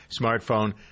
smartphone